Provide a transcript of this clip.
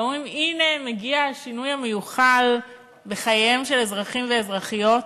ואומרים: הנה מגיע השינוי המיוחל בחייהם של אזרחים ואזרחיות,